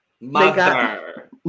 Mother